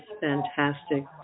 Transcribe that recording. fantastic